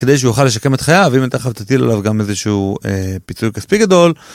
כדי שהוא יוכל לשקם את חייו, אם הייתה חבטתי אליו גם איזשהו פיצוי כספי גדול.